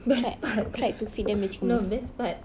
best part no best part